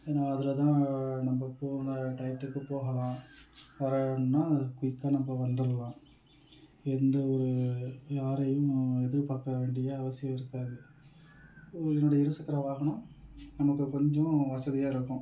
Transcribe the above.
நான் அதில் தான் நம்ம போன டையத்துக்கு போகலாம் வரேன்னால் குயிக்காக நம்ம வந்துடலாம் எந்த ஒரு யாரையும் எதிர்பார்க்க வேண்டிய அவசியம் இருக்காது என்னுடைய இருசக்கர வாகனம் நமக்கு கொஞ்சம் வசதியாக இருக்கும்